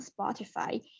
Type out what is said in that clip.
Spotify